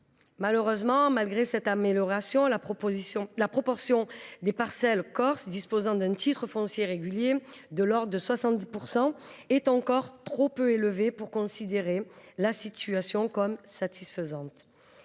Malheureusement, malgré cette amélioration, la proportion des parcelles corses disposant d’un titre foncier régulier, de l’ordre de 70 %, est encore trop peu élevée pour que l’on puisse considérer que la situation est satisfaisante,